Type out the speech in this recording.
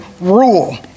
rule